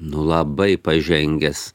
nu labai pažengęs